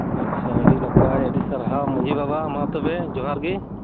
ᱟᱪᱪᱷᱟ ᱟᱹᱰᱤ ᱱᱟᱯᱟᱭ ᱟᱹᱰᱤ ᱥᱟᱨᱦᱟᱣ ᱢᱟᱺᱡᱷᱤ ᱵᱟᱵᱟ ᱢᱟ ᱛᱚᱵᱮ ᱡᱚᱜᱨᱜᱮ